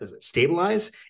stabilize